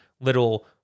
little